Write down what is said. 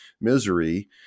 misery